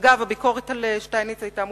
אגב, הביקורת על שטייניץ היתה מוצדקת.